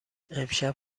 امشب